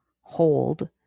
hold